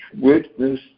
witness